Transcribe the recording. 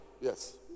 Yes